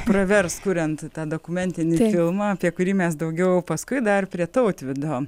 pravers kuriant tą dokumentinį filmą apie kurį mes daugiau paskui dar prie tautvydo